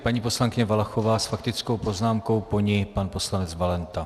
Paní poslankyně Valachová s faktickou poznámkou, po ní pan poslanec Valenta.